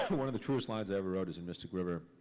one of the truest lines i ever wrote was in mystic river.